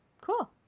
Cool